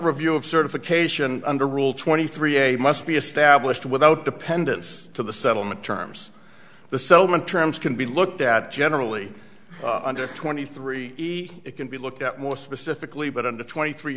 review of certification under rule twenty three a must be established without dependence to the settlement terms the settlement terms can be looked at generally under twenty three it can be looked at more specifically but under twenty three